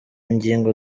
ngingo